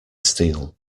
steel